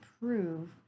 prove